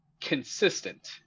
consistent